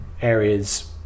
areas